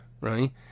right